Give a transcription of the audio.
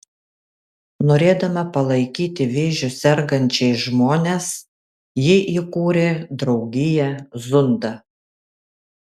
norėdama palaikyti vėžiu sergančiais žmones ji įkūrė draugiją zunda